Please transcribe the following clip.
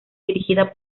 dirigida